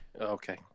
Okay